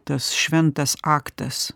tas šventas aktas